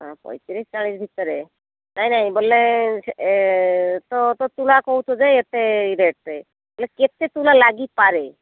ପଇଁତିରିଶ ଚାଳିଶ ଭିତରେ ନାଇଁ ନାଇଁ ବୋଲେ ସେ ତ ତୋଳା କହୁଛ ଯେ ଏତେ ରେଟ୍ରେ ହେଲେ କେତେ ତୋଳା ଲାଗିପାରେ